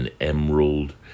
emerald